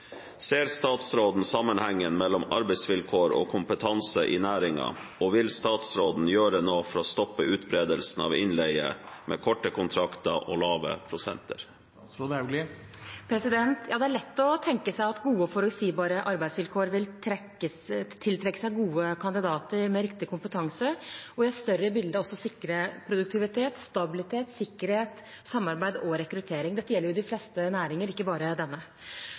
Ser statsråden sammenhengen mellom arbeidsvilkår og kompetanse i næringen, og vil statsråden gjøre noe for å stoppe utbredelsen av innleie med korte kontrakter og lave prosenter?» Det er lett å tenke seg at gode og forutsigbare arbeidsvilkår vil tiltrekke seg gode kandidater med riktig kompetanse, og i et større bilde også sikre produktivitet, stabilitet, sikkerhet, samarbeid og rekruttering. Dette gjelder i de fleste næringer, ikke bare denne.